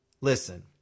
listen